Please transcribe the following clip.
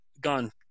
gone